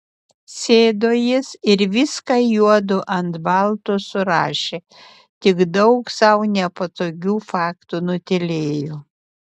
sėdo jis ir viską juodu ant balto surašė tik daug sau nepatogių faktų nutylėjo